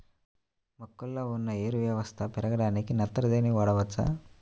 మొక్కలో ఉన్న వేరు వ్యవస్థ పెరగడానికి నత్రజని వాడవచ్చా?